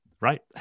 right